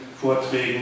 Vorträgen